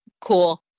cool